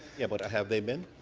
yeah, but have they been?